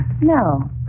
No